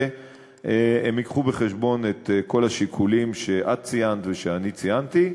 הם יביאו בחשבון את כל השיקולים שאת ציינת ושאני ציינתי.